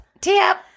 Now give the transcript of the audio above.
Tip